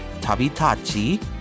Tabitachi